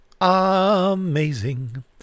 Amazing